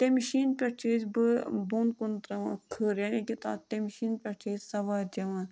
تَمہِ شیٖنہٕ پٮ۪ٹھ چھِ أسۍ بہٕ بۄن کُن ترٛاوان کھٕر یعنی کہِ تَتھ تَمہِ شیٖنہٕ پٮ۪ٹھ چھِ أسۍ سَوارِ چٮ۪وان